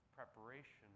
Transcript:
preparation